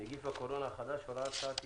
(נגיף הקורונה החדש - הוראת שעה - תיקון)